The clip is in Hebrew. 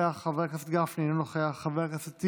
נוכחת, חבר הכנסת לוין,